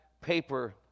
paper